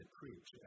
preach